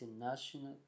international